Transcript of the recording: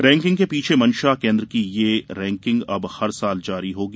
ranking के पीछे मंशा केंद्र की यह रैंकिंग अब हर साल जारी होगी